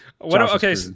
Okay